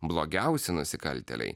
blogiausi nusikaltėliai